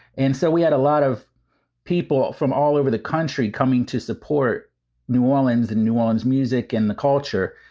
and so we had a lot of people from all over the country coming to support new orleans and new orleans music and the culture.